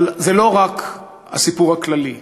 אבל זה לא רק הסיפור הכללי.